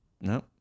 No